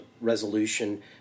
resolution